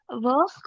work